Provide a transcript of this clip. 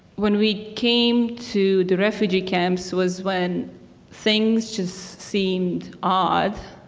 when we came to the refugee camps was when things just seemed odd.